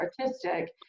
artistic